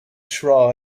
try